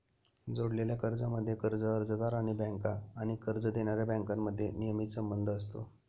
जोडलेल्या कर्जांमध्ये, कर्ज अर्जदार आणि बँका आणि कर्ज देणाऱ्या बँकांमध्ये नियमित संबंध असतो